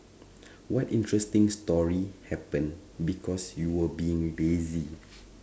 what interesting story happen because you were being lazy